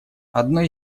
одной